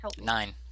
Nine